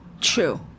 True